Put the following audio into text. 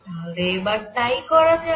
তাহলে এবার তাই করা যাক